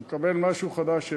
הוא מקבל משהו חדש,